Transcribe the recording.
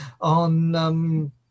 on